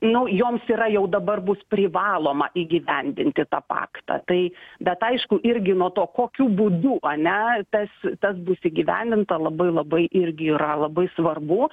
nu joms yra jau dabar bus privaloma įgyvendinti tą paktą tai bet aišku irgi nuo to kokiu būdu ane tas tas bus įgyvendinta labai labai irgi yra labai svarbu